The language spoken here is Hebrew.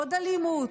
עוד אלימות,